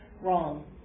wrong